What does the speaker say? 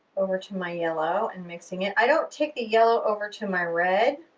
over to my yellow and mixing it. i don't take the yellow over to my red